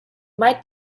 might